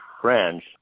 French